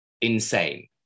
insane